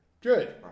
Good